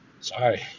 sorry